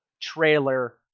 trailer